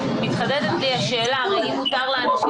מתחדדת לי השאלה: אבל אם מותר לאנשים